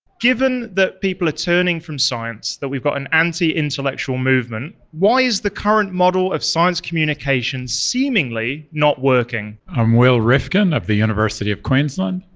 given that people are turning from science, that we've got an anti-intellectual movement, why is the current model of science communication seemingly not working? i'm will rifkin of the university of queensland.